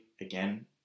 again